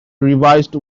revised